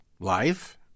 life